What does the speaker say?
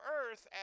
earth